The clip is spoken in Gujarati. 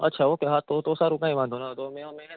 અચ્છા ઓકે હા તો તો સારું કઈ વાંધો નહીં મેં હેને